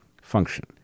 function